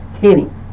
hitting